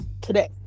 today